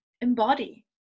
embody